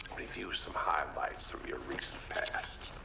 review some highlights of your recent past.